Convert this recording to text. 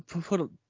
put